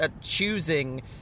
choosing